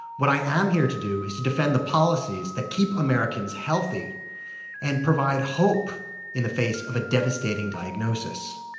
what i am here to do is to defend the policies that keep americans healthy and provide hope in the face of a devastating diagnosis.